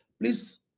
Please